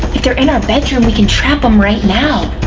if their in our bedroom we can trap them right now.